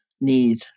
need